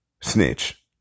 snitch